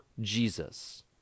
Jesus